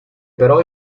però